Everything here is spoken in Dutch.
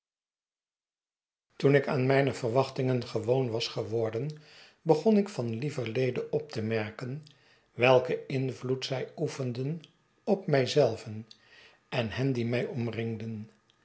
toen ik aan mijne verwachtingen gewoon was ge worden begon ik van lieverlede op te merken welken invloed zij oefenden op mij zelven en hen die mij omringden